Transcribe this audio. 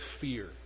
fear